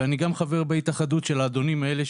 ואני גם חבר בהתאחדות של האדונים האלה,